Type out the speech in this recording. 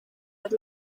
had